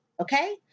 Okay